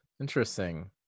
Interesting